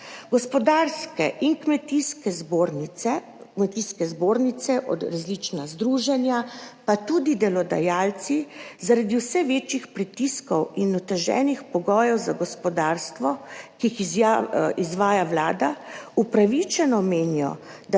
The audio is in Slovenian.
Gospodarske in kmetijske zbornice, različna združenja in tudi delodajalci zaradi vse večjih pritiskov in oteženih pogojev za gospodarstvo, ki jih izvaja vlada, upravičeno menijo,